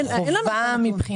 הוא חובה.